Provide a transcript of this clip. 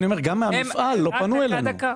גם מהמפעל לא פנו אלינו.